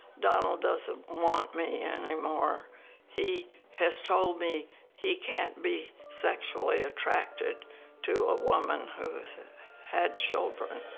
donald doesn't want me and anymore. he has told me he can't be sexually attracted to a woman who's had children.